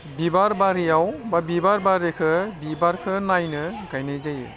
बिबार बारियाव बा बिबार बारिखौ बिबारखौ नायनो गायनाय जायो